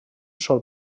sol